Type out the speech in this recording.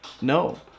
no